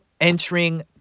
Entering